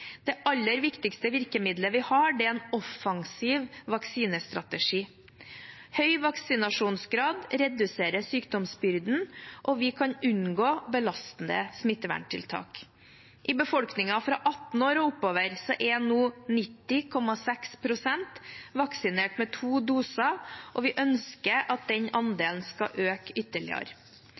Det aller viktigste virkemidlet vi har, er en offensiv vaksinestrategi. Høy vaksinasjonsgrad reduserer sykdomsbyrden, og vi kan unngå belastende smitteverntiltak. I befolkningen fra 18 år og oppover er nå 90,6 pst. vaksinert med to doser, og vi ønsker at den andelen skal øke ytterligere.